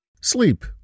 Sleep